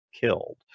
killed